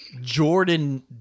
Jordan